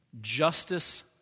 Justice